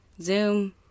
Zoom